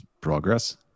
progress